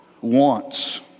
wants